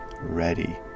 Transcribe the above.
ready